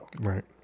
Right